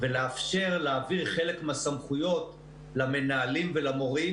ולאפשר להעביר חלק מהסמכויות למנהלים ולמורים,